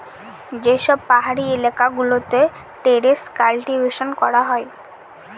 যে সব পাহাড়ি এলাকা গুলোতে টেরেস কাল্টিভেশন করা হয়